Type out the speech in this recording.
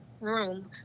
room